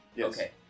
Okay